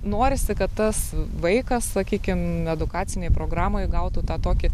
norisi kad tas vaikas sakykim edukacinėj programoj gautų tą tokį